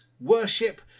worship